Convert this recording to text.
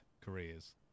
careers